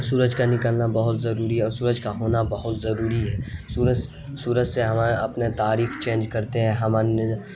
سورج کا نکلنا بہت ضروری اور سورج کا ہونا بہت ضروری ہے سورج سورج سے ہمارے اپنے تاریخ چینج کرتے ہیں ہمن